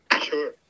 Sure